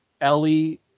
ellie